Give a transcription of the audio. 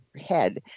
head